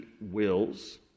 wills